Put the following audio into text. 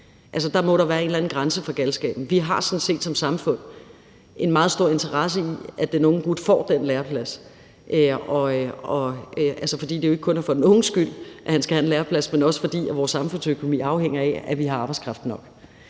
eller anden grænse for galskaben. Vi har sådan set som samfund en meget stor interesse i, at den unge gut får den læreplads, og det er jo ikke kun for den unges skyld, at han skal have en læreplads, men også fordi vores samfundsøkonomi afhænger af, at vi har arbejdskraft nok.